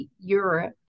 Europe